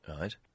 Right